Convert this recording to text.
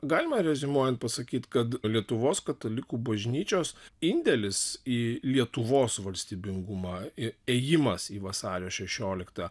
galimą reziumuojant pasakyt kad lietuvos katalikų bažnyčios indėlis į lietuvos valstybingumą ir ėjimas į vasario šešioliktą